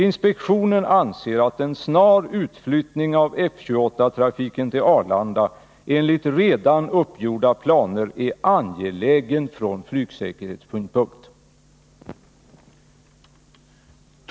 Inspektionen anser att en snar utflyttning F-28-trafiken till Arlanda enligt redan uppgjorda planer är angelägen från flygsäkerhetssynpunkt.”